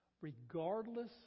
regardless